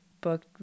book